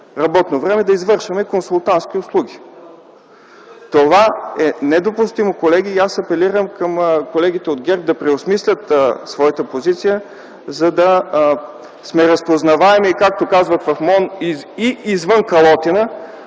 работно време да извършваме консултантски услуги. Колеги, това е недопустимо. Аз апелирам към колегите от ГЕРБ да преосмислят своята позиция, за да сме разпознаваеми, както казват в Министерството на